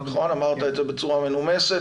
אמרת את זה בצורה מנומסת?